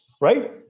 right